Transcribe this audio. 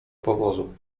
powozu